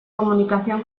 comunicación